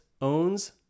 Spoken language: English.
owns